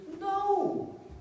No